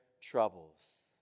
troubles